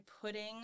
putting